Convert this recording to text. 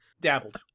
Dabbled